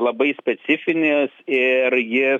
labai specifinis ir jis